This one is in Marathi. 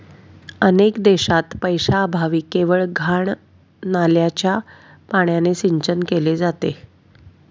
अनेक देशांत पैशाअभावी केवळ घाण नाल्याच्या पाण्याने सिंचन केले जाते